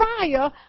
fire